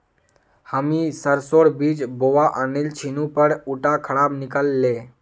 हामी सरसोर बीज बोवा आनिल छिनु पर उटा खराब निकल ले